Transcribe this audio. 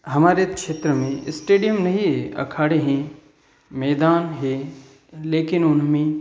हमारे क्षेत्र में स्टेडियम नहीं अखाड़े हैं मैदान हैं लेकिन उनमें